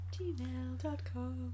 Gmail.com